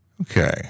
Okay